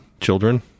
children